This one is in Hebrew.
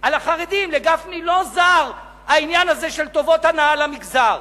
על החרדים: לגפני לא זר העניין הזה של טובות הנאה למגזר,